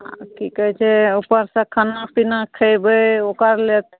आ की कहै छै ऊपरसँ खाना पीना खयबै ओकर लेत